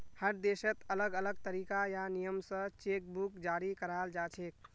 हर देशत अलग अलग तरीका या नियम स चेक बुक जारी कराल जाछेक